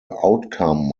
outcome